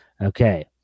Okay